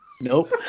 Nope